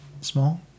Small